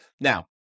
Now